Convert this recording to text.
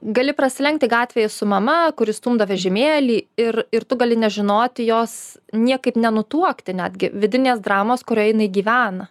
gali prasilenkti gatvėje su mama kuri stumdo vežimėlį ir ir tu gali nežinoti jos niekaip nenutuokti netgi vidinės dramos kurioj jinai gyvena